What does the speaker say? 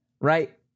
right